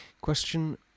Question